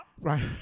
Right